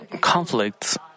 conflicts